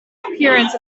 appearance